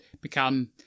become